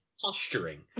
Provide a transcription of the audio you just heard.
posturing